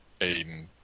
Aiden